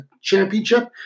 Championship